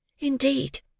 Indeed